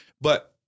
But-